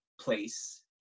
place